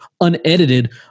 unedited